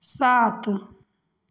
सात